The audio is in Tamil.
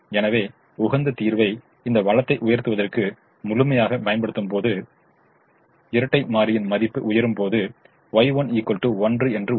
எனவே உகந்த தீர்வை இந்த வளத்தை உயர்த்துவதற்கு முழுமையாகப் பயன்படுத்தும்போது இரட்டை மாரியின் மதிப்பு உயரும் மேலும் Y1 1 என்று உள்ளது